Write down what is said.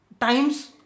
Times